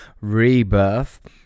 Rebirth